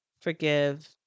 forgive